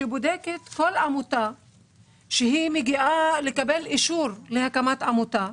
גוף שבודק כל עמותה שמגיעה לקבל אישרו להקמת עמותה.